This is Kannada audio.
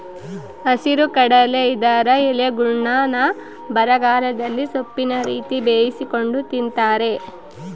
ಹಸಿರುಗಡಲೆ ಇದರ ಎಲೆಗಳ್ನ್ನು ಬರಗಾಲದಲ್ಲಿ ಸೊಪ್ಪಿನ ರೀತಿ ಬೇಯಿಸಿಕೊಂಡು ತಿಂತಾರೆ